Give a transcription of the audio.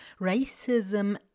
racism